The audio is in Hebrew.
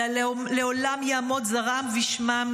אלא לעולם יעמוד זרעם ושמם,